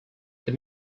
they